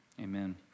amen